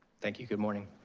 thank you, good morning.